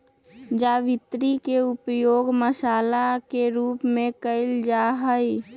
जावित्री के उपयोग मसाला के रूप में कइल जाहई